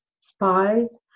spies